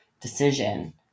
decision